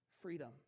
freedom